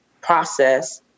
process